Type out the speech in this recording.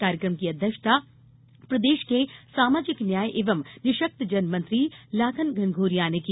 कार्यक्रम की अध्यक्षता प्रदेश के सामाजिक न्याय एवं निःशक्तजन मंत्री लखन घनघोरिया ने की